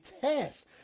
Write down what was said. test